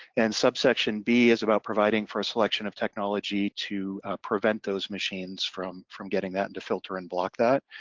and subsection b is about providing for a selection of technology to uhh prevent those machines from. from getting that and to filter and block that.